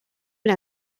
era